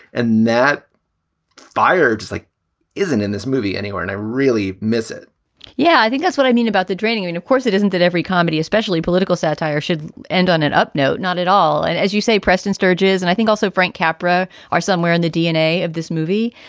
and that fired just like isn't in this movie anyway. and i really miss it yeah, i think that's what i mean about the training. i mean, of course, it isn't that every comedy, especially political satire, should end on an up. no, not at all. and as you say, preston sturges and i think also frank capra are somewhere in the dna of this movie.